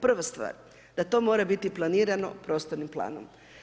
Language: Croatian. Prva stvar, da to mora biti planirano prostornim planom.